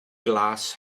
glas